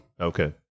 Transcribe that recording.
Okay